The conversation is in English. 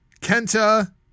Kenta